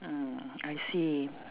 mm I see